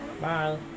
Bye